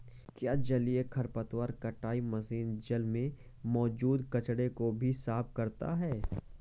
क्या जलीय खरपतवार कटाई मशीन जल में मौजूद कचरे को भी साफ करता है?